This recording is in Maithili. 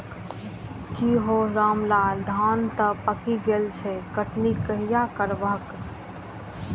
की हौ रामलाल, धान तं पाकि गेल छह, कटनी कहिया करबहक?